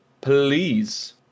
please